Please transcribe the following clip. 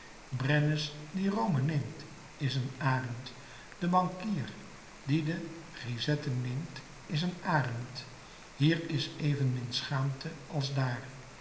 brennus die rome neemt is een arend de bankier die de grisette neemt is een arend hier is evenmin schaamte als daar